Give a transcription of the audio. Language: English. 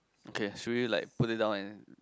okay should we like put it down and